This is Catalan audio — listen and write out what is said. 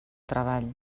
treball